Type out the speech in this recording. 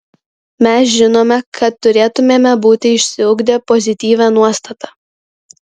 mes žinome kad turėtumėme būti išsiugdę pozityvią nuostatą